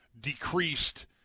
decreased